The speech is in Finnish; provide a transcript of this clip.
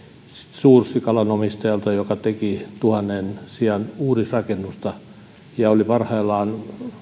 suursikalan omistajalta joka teki tuhannen sian uudisrakennusta siellä oli parhaillaan